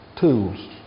tools